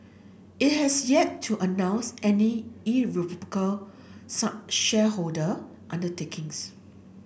it has yet to announce any irrevocable shareholder undertakings